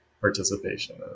participation